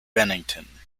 bennington